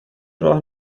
راه